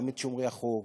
גם את שומרי החוק,